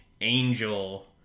Angel